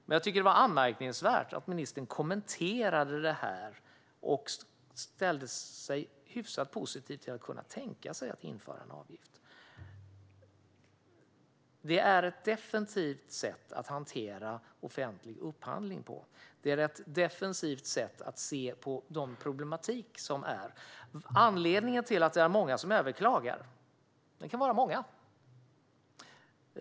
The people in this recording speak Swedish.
Men jag tycker att det var anmärkningsvärt att ministern kommenterade det här och ställde sig hyfsat positiv till att kunna tänka sig att införa en avgift. Det är ett defensivt sätt att hantera offentlig upphandling på och ett defensivt sätt att se på den problematik som finns. Det kan finnas många anledningar att överklaga.